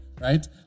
right